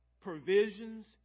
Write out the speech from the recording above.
provisions